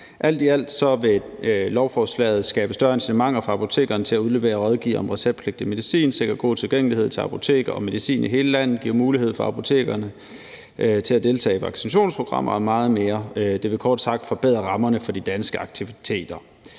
Alt i alt vil lovforslaget skabe større incitamenter for apotekerne til at udlevere og rådgive om receptpligtig medicin, sikre god tilgængelighed til apoteker og medicin i hele landet, give mulighed for apotekerne til at deltage i vaccinationsprogrammer og meget mere. Det vil kort sagt forbedre rammerne for de danske apoteker.